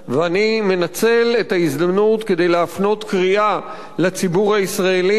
ואני מנצל את ההזדמנות כדי להפנות קריאה לציבור הישראלי,